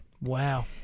Wow